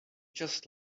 just